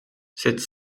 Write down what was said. cette